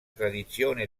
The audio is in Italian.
tradizione